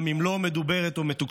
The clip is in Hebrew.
גם אם לא מדוברת ומתוקשרת.